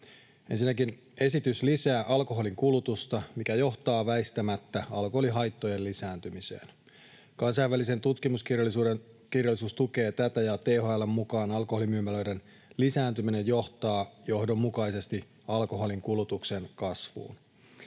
Ensinnäkin esitys lisää alkoholin kulutusta, mikä johtaa väistämättä alkoholihaittojen lisääntymiseen. Kansainvälinen tutkimuskirjallisuus tukee tätä, ja THL:n mukaan alkoholimyymälöiden lisääntyminen johtaa johdonmukaisesti alkoholin kulutuksen kasvuun.